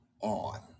on